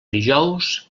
dijous